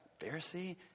Pharisee